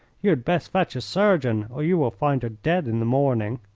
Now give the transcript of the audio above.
you had best fetch a surgeon or you will find her dead in the morning.